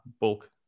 bulk